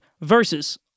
versus